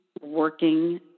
working